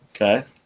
Okay